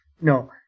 No